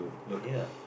ya